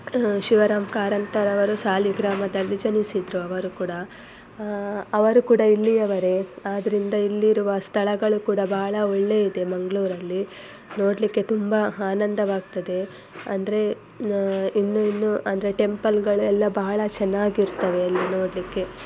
ಶಿವರಾಮ್ ಕಾರಂತರವರು ಸಾಲಿಗ್ರಾಮದಲ್ಲಿ ಜನಿಸಿದರು ಅವರು ಕೂಡ ಅವರು ಕೂಡ ಇಲ್ಲಿಯವರೇ ಆದ್ದರಿಂದ ಇಲ್ಲಿರುವ ಸ್ಥಳಗಳು ಕೂಡ ಬಹಳ ಒಳ್ಳೆ ಇದೆ ಮಂಗಳೂರಲ್ಲಿ ನೋಡಲಿಕ್ಕೆ ತುಂಬ ಆನಂದವಾಗ್ತದೆ ಅಂದರೆ ಇನ್ನು ಇನ್ನು ಅಂದರೆ ಟೆಂಪಲ್ಗಳೆಲ್ಲ ಬಹಳ ಚೆನ್ನಾಗಿರ್ತವೆ ಇಲ್ಲಿ ನೋಡಲಿಕ್ಕೆ